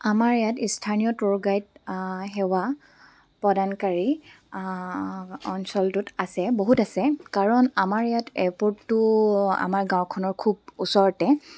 আমাৰ ইয়াত স্থানীয় টুৰ গাইড সেৱা প্ৰদানকাৰী অঞ্চলটোত আছে বহুত আছে কাৰণ আমাৰ ইয়াত এয়াৰপৰ্টটো আমাৰ গাঁওখনৰ খুব ওচৰতে